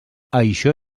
això